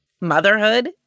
Motherhood